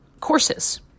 courses